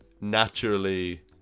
naturally